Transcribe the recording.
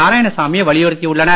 நாராயணசாமியை வலியுறுத்தியுள்ளனர்